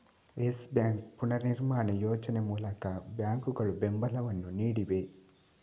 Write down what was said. Yes Bank ಪುನರ್ನಿರ್ಮಾಣ ಯೋಜನೆ ಮೂಲಕ ಬ್ಯಾಂಕುಗಳು ಬೆಂಬಲವನ್ನು ನೀಡಿವೆ